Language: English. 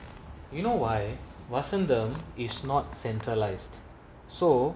you know why wasn't them is not centralized so